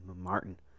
Martin